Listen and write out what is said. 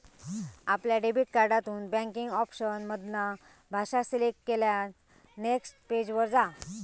आपल्या डेबिट कार्डातून banking option मधना भाषा सिलेक्ट केल्यार नेक्स्ट पेज वर जा